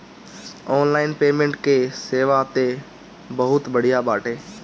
online payment कअ सेवा तअ बहुते बढ़िया बाटे